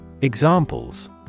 Examples